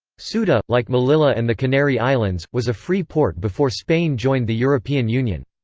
ceuta, like melilla and the canary islands, was a free port before spain joined the european union.